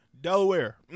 Delaware